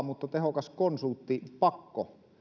mutta tehokas konsulttipakko